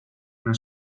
nel